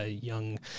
young